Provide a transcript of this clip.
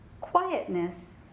quietness